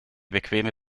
bequeme